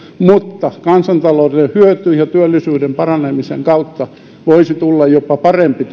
mutta niistä saadaan kansantaloudelle hyötyä ja työllisyyden paranemisen kautta voisi tulla jopa parempi